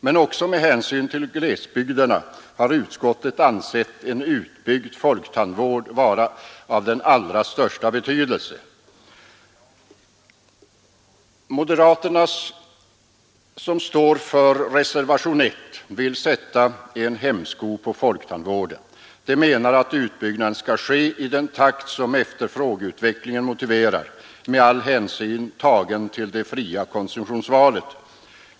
Men också med hänsyn till glesbygderna har utskottet ansett en utbyggd folktandvård vara av den allra största betydelse. Moderaterna, som står för reservationen I, vill sätta en hämsko på folktandvården. De menar att utbyggnaden skall ske i den takt som efterfrågeutvecklingen motiverar med all hänsyn tagen till det fria konsumtionsvalet.